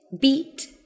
beat